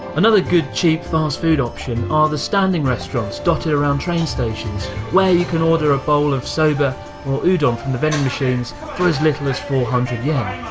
another good cheap fast food option are the standing restaurants, dotted around train stations. where you can order a bowl of soba or udon, from the vending machines for as little as four hundred yen.